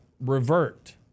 revert